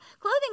clothing